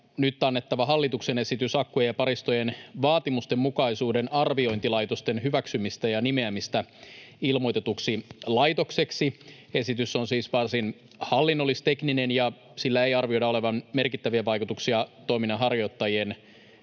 akkuasetuksen toimeenpanoa ja akkujen ja paristojen vaatimustenmukaisuuden arviointilaitosten hyväksymistä ja nimeämistä ilmoitetuksi laitokseksi. Esitys on siis varsin hallinnollis-tekninen, ja sillä ei arvioida olevan merkittäviä vaikutuksia toiminnanharjoittajien